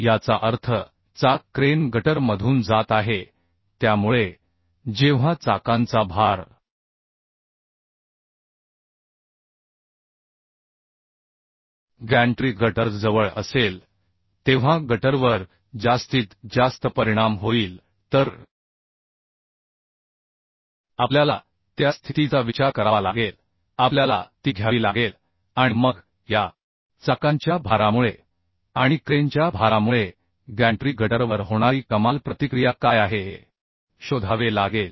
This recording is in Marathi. याचा अर्थ चाक क्रेन गटर मधून जात आहे त्यामुळे जेव्हा चाकांचा भार गॅन्ट्री गटरजवळ असेल तेव्हा गटरवर जास्तीत जास्त परिणाम होईल तर आपल्याला त्या स्थितीचा विचार करावा लागेल आपल्याला ती घ्यावी लागेल आणि मग या चाकांच्या भारामुळे आणि क्रेनच्या भारामुळे गॅन्ट्री गटरवर होणारी कमाल प्रतिक्रिया काय आहे हे शोधावे लागेल